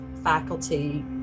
faculty